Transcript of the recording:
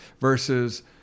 versus